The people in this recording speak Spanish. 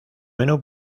menú